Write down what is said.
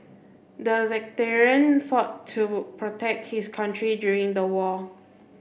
the veteran fought to protect his country during the war